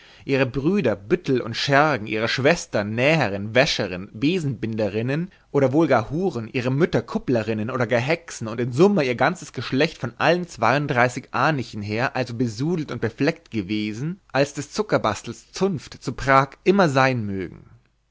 ihre brüder büttel und schergen ihre schwestern nähterin wäscherin besenbinderinnen oder wohl gar huren ihre mütter kupplerinnen oder gar hexen und in summa ihr ganzes geschlecht von allen zweiunddreißig her also besudelt und befleckt gewesen als des zuckerbastels zunft zu prag immer sein mögen